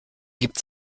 gibt